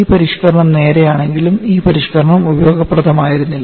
ഈ പരിഷ്ക്കരണം നേരെയാണെങ്കിലും ഈ പരിഷ്ക്കരണം ഉപയോഗപ്രദമായിരുന്നില്ല